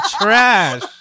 trash